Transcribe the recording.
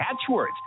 catchwords